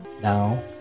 Now